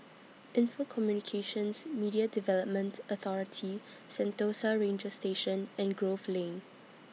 Info Communications Media Development Authority Sentosa Ranger Station and Grove Lane